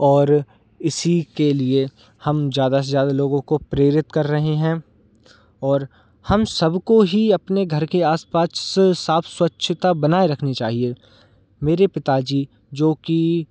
और इसी के लिए हम ज़्यादा से ज़्यादा लोगों को प्रेरित कर रहे हैं और हम सबको ही अपने घर के आस पास साफ़ स्वच्छता बनाए रखनी चाहिए मेरे पिता जी जो कि